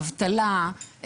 אבטלה,